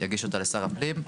יגיש אותה לשר הפנים.